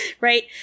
right